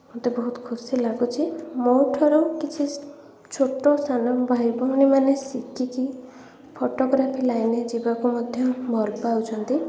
ମୋତେ ବହୁତ ଖୁସି ଲାଗୁଛି ମୋଠାରୁ କିଛି ଛୋଟ ସାନ ଭାଇ ଭଉଣୀମାନେ ଶିଖିକି ଫୋଟୋଗ୍ରାଫି ଲାଇନ୍ରେ ଯିବାକୁ ମଧ୍ୟ ଭଲପାଉଛନ୍ତି